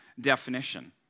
definition